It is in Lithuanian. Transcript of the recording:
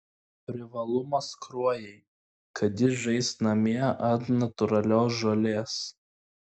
privalumas kruojai kad ji žais namie ant natūralios žolės